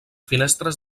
finestres